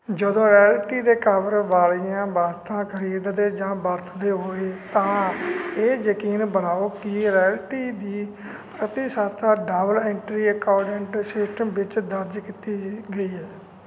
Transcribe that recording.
ਜਦੋਂ ਰਾਇਲਟੀ ਦੇ ਕਵਰ ਵਾਲੀਆਂ ਵਸਤਾਂ ਖਰੀਦਦੇ ਜਾਂ ਵਰਤਦੇ ਹੋਏ ਤਾਂ ਇਹ ਯਕੀਨੀ ਬਣਾਓ ਕਿ ਰਾਇਲਟੀ ਦੀ ਪ੍ਰਤੀਸ਼ਤਤਾ ਡਬਲ ਐਂਟਰੀ ਅਕਾਊਂਟਿੰਗ ਸਿਸਟਮ ਵਿੱਚ ਦਰਜ ਕੀਤੀ ਗਈ ਗਈ ਹੈ